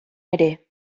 ere